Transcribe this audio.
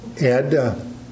Ed